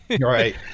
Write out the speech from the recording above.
Right